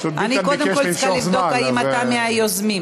אני קודם כול צריכה לבדוק אם אתה מהיוזמים.